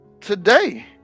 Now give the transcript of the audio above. today